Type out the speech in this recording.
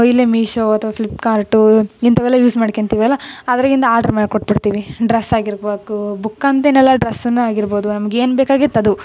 ಇಲ್ಲೆ ಮೀಶೋ ಅಥವಾ ಫ್ಲಿಪ್ಕಾರ್ಟು ಇಂಥವೆಲ್ಲ ಯೂಸ್ ಮಾಡ್ಕೊಂತಿವಲ್ಲ ಅದರಾಗಿಂದ ಆಡ್ರ್ ಮಾಡಿ ಕೊಟ್ಟು ಬಿಡ್ತೀವಿ ಡ್ರಸ್ ಆಗಿರ್ಬೇಕು ಬುಕ್ ಅಂತೇನಲ್ಲ ಡ್ರಸ್ಸನ್ನು ಆಗಿರ್ಬೋದು ನಮ್ಗೆ ಏನು ಬೇಕಾಗೈತೆ ಅದು